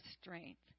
strength